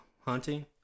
hunting